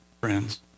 friends